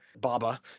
Baba